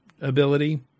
ability